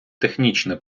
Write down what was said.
технічне